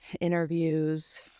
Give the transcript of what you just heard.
interviews